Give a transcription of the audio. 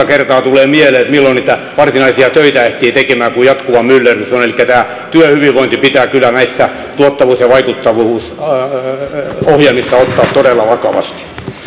kertaa tulee mieleen että milloin niitä varsinaisia töitä ehtii tekemään kun on jatkuva myllerrys elikkä työhyvinvointi pitää kyllä näissä tuottavuus ja vaikuttavuusohjelmissa ottaa todella vakavasti